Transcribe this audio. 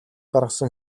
гаргасан